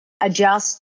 adjust